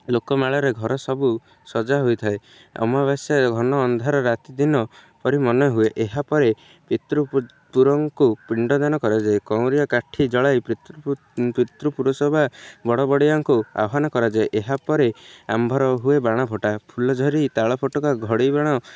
ଲୋକମାଳରେ ଘର ସବୁ ସଜା ହୋଇଥାଏ ଅମାବାସ୍ୟ ଘନ ଅନ୍ଧାର ରାତି ଦିନ ପରି ମନେ ହୁଏ ଏହାପରେ ପିତୃ ପୁରୁଷଙ୍କୁ ପିଣ୍ଡଦାନ କରାଯାଏ କାଉଁରିଆ କାଠି ଜଳାଇ ପିତୃ ପିତୃପୁରୁଷ ବା ବଡ଼ ବଡ଼ିଆଙ୍କୁ ଆହ୍ୱାନ କରାଯାଏ ଏହାପରେ ଆମ୍ଭର ହୁଏ ବାଣ ଫୁଟା ଫୁଲ ଝରି ତାଳ ଫୋଟକା ଘଡ଼ି ବାଣ